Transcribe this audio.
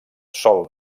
sòl